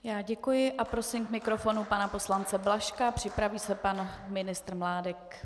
Já děkuji a prosím k mikrofonu pana poslance Blažka, připraví se pan ministr Mládek.